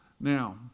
Now